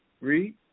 Read